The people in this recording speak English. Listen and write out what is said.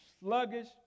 sluggish